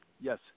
Yes